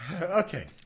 Okay